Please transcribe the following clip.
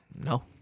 no